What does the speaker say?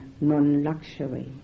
non-luxury